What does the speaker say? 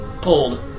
pulled